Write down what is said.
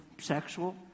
Sexual